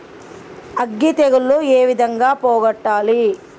అగ్గి తెగులు ఏ విధంగా పోగొట్టాలి?